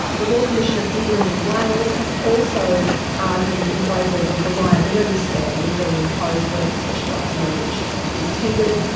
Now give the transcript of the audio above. the law commission of england and wales has also argued in favour of a reliability standard being imposed wherever specialised knowledge is tendered.